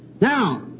Now